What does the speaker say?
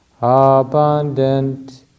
abundant